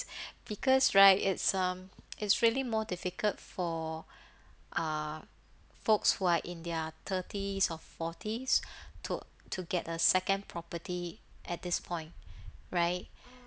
because right it's um it's really more difficult for ah folks who are in their thirties or forties to to get a second property at this point right